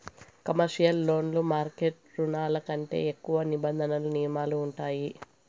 commercial లోన్లు market రుణాల కంటే ఎక్కువ నిబంధనలు నియమాలు ఉంటాయి